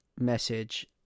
message